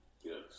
Yes